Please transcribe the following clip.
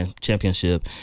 championship